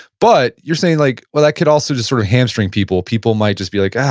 but you're saying like, well, that could also just sort of hamstring people. people might just be like, ah,